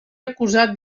acusat